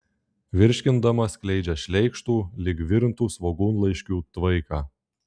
virškindama skleidžia šleikštu lyg virintų svogūnlaiškių tvaiką